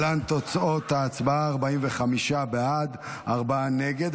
45 בעד, ארבעה נגד.